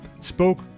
spoke